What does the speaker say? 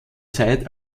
zeit